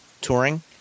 touring